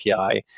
API